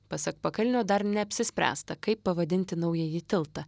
pasak pakalnio dar neapsispręsta kaip pavadinti naująjį tiltą